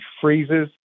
freezes